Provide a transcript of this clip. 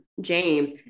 james